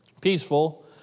peaceful